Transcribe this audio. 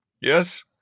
yes